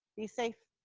be safe.